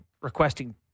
requesting